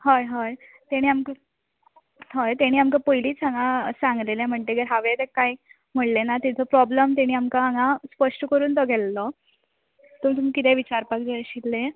हय हय तेणी आमकां हय तेणी आमकां पयलींच सांगा सांगलेली म्हणटगीर हांवें तें कांयच म्हणलें ना तेजो प्रोब्लम तेणी आमकां हांगा स्पश्ट करून तो गेल्लो सो तुमकां किदें विचारपाचे जाय आशिल्ले